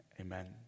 Amen